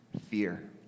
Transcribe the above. fear